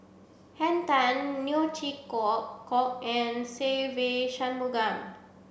Henn Tan Neo Chwee Kok and Se Ve Shanmugam